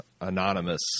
Anonymous